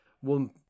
One